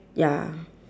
ya